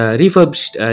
refurbished